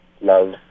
love